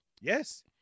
yes